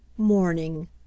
Morning